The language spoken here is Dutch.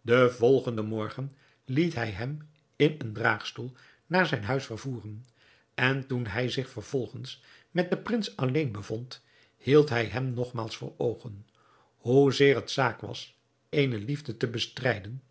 den volgenden morgen liet hij hem in een draagstoel naar zijn huis vervoeren en toen hij zich vervolgens met den prins alleen bevond hield hij hem nogmaals voor oogen hoezeer het zaak was eene liefde te bestrijden